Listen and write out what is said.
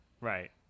Right